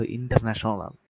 international